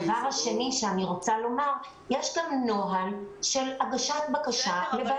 יש לנו נוהל של הגשת בקשה לוועדות.